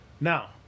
Now